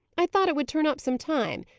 i thought it would turn up some time.